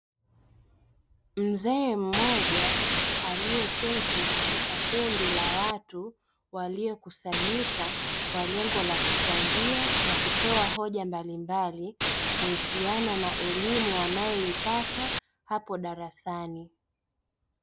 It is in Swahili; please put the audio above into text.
Mzee mmoja alieketi katika kundi la watu waliokusanyika kwa lengo la kuchangia na kutoa hoja mbalimbali kuhusiana na elimu wanayoipata hapo darasani.